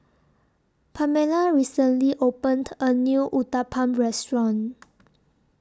Pamella recently opened A New Uthapam Restaurant